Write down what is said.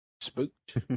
spooked